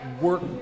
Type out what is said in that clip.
work